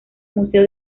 museo